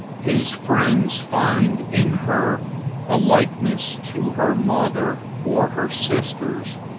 his friends find in her a likeness to her mother, or her sisters,